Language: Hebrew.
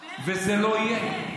פסק הדין הזה היה בספטמבר, מה קרה פתאום?